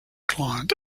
client